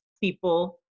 people